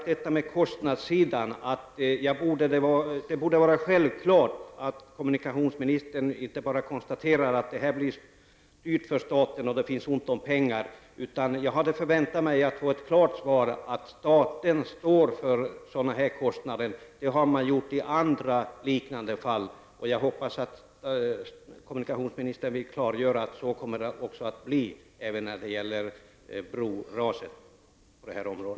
Det borde vara självklart att kommunikationsministern inte bara konstaterar att detta blir dyrt för staten och att det är ont om pengar. Jag hade förväntat mig att få ett klart besked om att staten står för sådana här kostnader. Det har staten gjort i andra liknande fall, och jag hoppas att kommunikationsministern vill klargöra att detta kommer att bli fallet även när det gäller broraset i Södertälje.